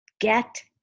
Get